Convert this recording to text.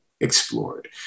Explored